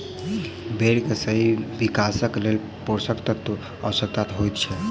भेंड़ के सही विकासक लेल पोषण तत्वक आवश्यता होइत छै